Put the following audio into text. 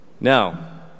Now